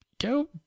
go